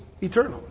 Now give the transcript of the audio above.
eternal